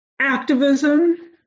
activism